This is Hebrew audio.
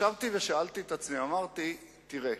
ישבתי ואמרתי לעצמי: